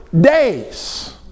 days